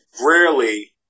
rarely